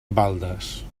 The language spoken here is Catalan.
baldes